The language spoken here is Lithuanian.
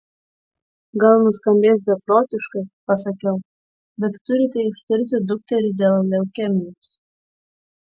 gal nuskambės beprotiškai pasakiau bet turite ištirti dukterį dėl leukemijos